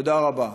תודה רבה.